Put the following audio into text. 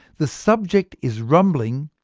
the subject is rumbling,